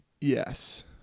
Yes